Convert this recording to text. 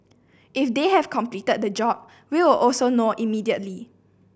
if they have completed the job we will also know immediately